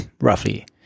roughly